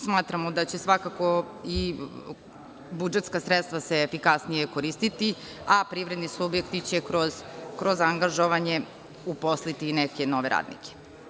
Smatramo da će se svakako i budžetska sredstva efikasnije koristiti, a privredni subjekti će kroz angažovanje koristiti i neke nove radnike.